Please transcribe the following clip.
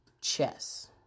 chess